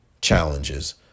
challenges